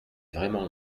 vraiment